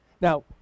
Now